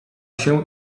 się